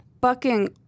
bucking